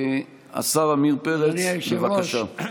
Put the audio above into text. השר עמיר פרץ, בבקשה.